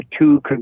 two